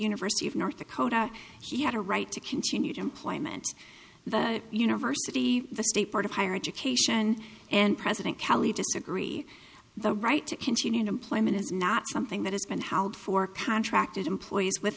university of north dakota he had a right to continued employment the university the state board of higher education and president calley disagree the right to continue an employment is not something that has been held for contracted employees with